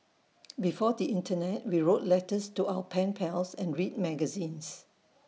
before the Internet we wrote letters to our pen pals and read magazines